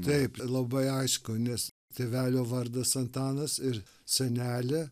taip labai aišku nes tėvelio vardas antanas ir senelė